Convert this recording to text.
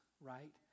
right